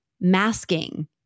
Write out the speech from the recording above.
masking